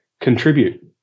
contribute